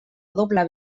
doble